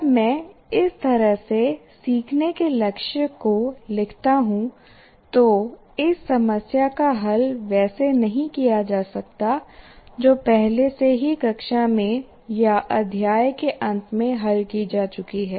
जब मैं इस तरह के सीखने के लक्ष्य को लिखता हूं तो इस समस्या का हल वैसे नहीं किया जा सकता जो पहले से ही कक्षा में या अध्याय के अंत में हल की जा चुकी हैं